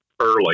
early